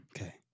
Okay